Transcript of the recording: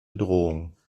drohung